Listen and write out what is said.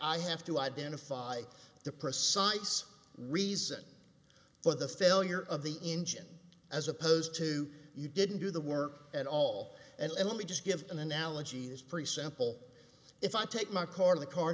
i have to identify the precise reason for the failure of the engine as opposed to you didn't do the work at all and let me just give an analogy is pretty simple if i take my car in the car